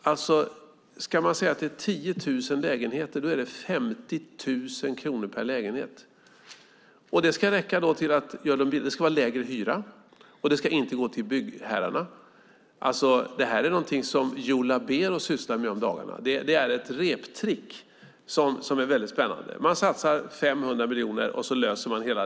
Ska man säga att det är 10 000 lägenheter är det 50 000 kronor per lägenhet. Det ska räcka till lägre hyra, och det ska inte gå till byggherrarna. Det är någonting som Joe Labero sysslar med om dagarna. Det är ett reptrick som är väldigt spännande. Man satsar 500 miljoner, och så löser man det hela.